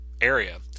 area